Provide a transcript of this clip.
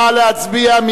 נא להצביע.